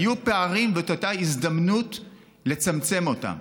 היו פערים וזאת הייתה הזדמנות לצמצם אותם.